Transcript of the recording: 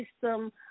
system